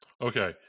Okay